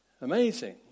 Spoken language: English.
amazing